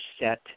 set